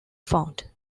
found